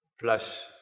plus